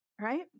right